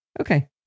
Okay